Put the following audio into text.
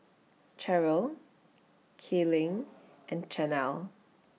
Cheryle Kayleigh and Chanelle